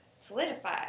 solidify